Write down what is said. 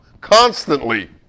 constantly